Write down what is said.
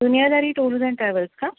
Duniyadari tours and travels का